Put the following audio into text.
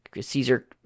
Caesar